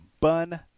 Bun